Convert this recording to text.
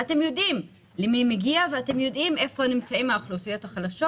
ואתם יודעים למי מגיע ואתם יודעים איפה נמצאים האוכלוסיות החלשות.